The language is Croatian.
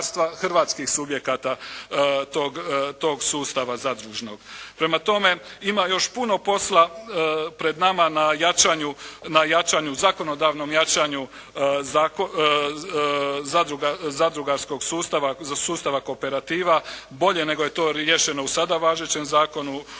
hrvatskih subjekata tog sustava zadružnog. Prema tome, ima još puno posla pred nama na jačanju, zakonodavnom jačanju zadrugarskog sustava, sustava kooperativa bolje nego je to riješeno u sada važećem zakonu